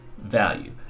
value